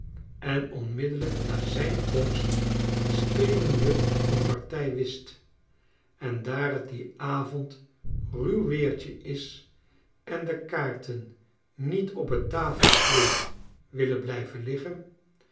en onmiddellijk na zijn komst spelen we een partij whist en daar t dien avond ruw weertje is en de kaarten niet op t tafelkleed willen blijven liggen